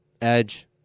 edge